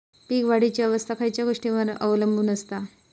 पीक वाढीची अवस्था खयच्या गोष्टींवर अवलंबून असता?